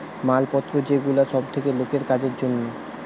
মাল পত্র যে গুলা সব থাকে লোকের কাজের জন্যে